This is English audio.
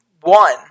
one